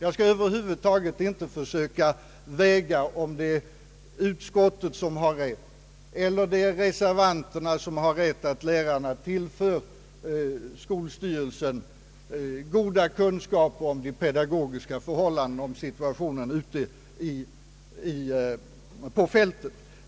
Jag skall över huvud taget inte försöka avgöra om utskottsmajoriteten har rätt eller om det är reservanterna som har rätt i att lärarna tillför skolstyrelserna goda kunskaper om de pedagogiska förhållandena och om situationen ute på fältet.